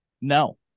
no